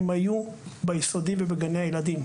הם היו ביסודי ובגני הילדים.